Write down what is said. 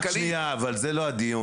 רק שנייה, אבל זה לא הדיון.